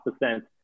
percent